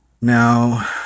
Now